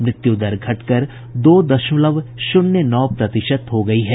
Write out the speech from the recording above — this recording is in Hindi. मृत्यु दर घटकर दो दशमलव शून्य नौ प्रतिशत हो गई है